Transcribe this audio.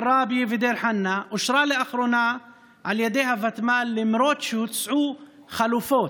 עראבה ודיר חנא אושרה לאחרונה על ידי הוותמ"ל למרות שהוצעו חלופות.